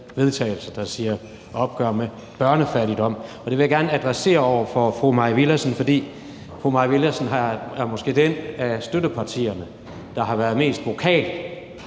tages et opgør med børnefattigdom. Det vil jeg gerne adressere over for fru Mai Villadsen, for fru Maj Villadsens parti er måske det af støttepartierne, der har været mest